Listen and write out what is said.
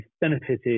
benefited